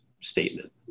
statement